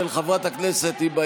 של חברת הכנסת היבה